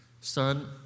son